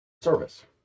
service